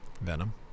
Venom